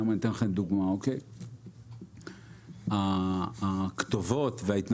אני אתן לך סתם דוגמה - אני לא מכליל,